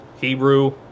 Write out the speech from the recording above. Hebrew